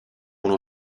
uno